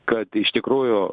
kad iš tikrųjų